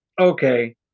okay